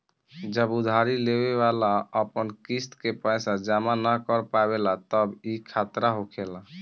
जब उधारी लेवे वाला अपन किस्त के पैसा जमा न कर पावेला तब ई खतरा होखेला